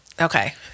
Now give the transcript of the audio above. Okay